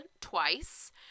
twice